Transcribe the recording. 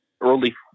early